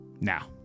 now